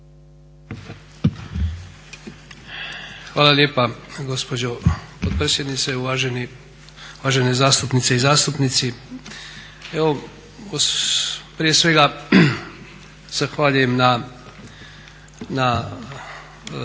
Hvala lijepa gospođo potpredsjednice. Uvažene zastupnice i zastupnici. Evo prije svega zahvaljujem na